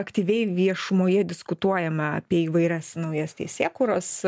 aktyviai viešumoje diskutuojama apie įvairias naujas teisėkūros